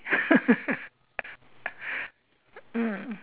mm